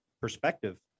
perspective